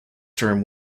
term